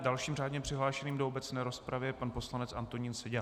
Dalším řádně přihlášeným do obecné rozpravy je pan poslanec Antonín Seďa.